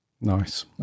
nice